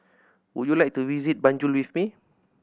would you like to visit Banjul with me